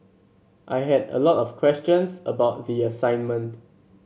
I had a lot of questions about the assignment